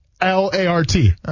L-A-R-T